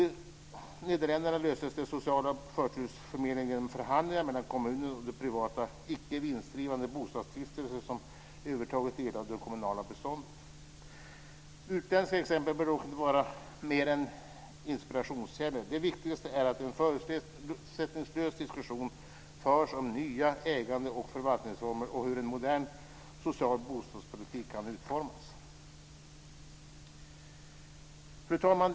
I Nederländerna löses den sociala förtursförmedlingen genom förhandlingar mellan kommunen och de privata icke vinstdrivande bostadsstiftelser som övertagit delar av det kommunala beståndet. Utländska exempel bör dock inte vara mer än inspirationskällor. Det viktigaste är att en förutsättningslös diskussion förs om nya ägande och förvaltningsformer och hur en modern social bostadspolitik kan utformas. Fru talman!